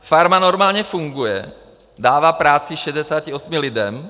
Farma normálně funguje, dává práci 68 lidem.